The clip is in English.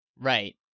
Right